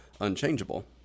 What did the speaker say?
unchangeable